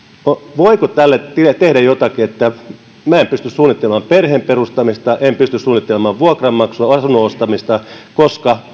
voiko tälle tehdä jotakin minä en pysty suunnittelemaan perheen perustamista en pysty suunnittelemaan vuokranmaksua asunnon ostamista koska